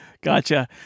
gotcha